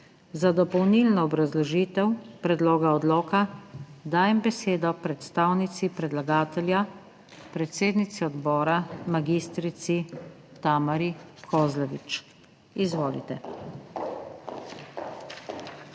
Za dopolnilno obrazložitev predloga odloka dajem besedo predstavnici predlagatelja, predsednici odbora magistrici Tamari Kozlovič. Izvolite.